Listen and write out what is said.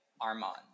Armand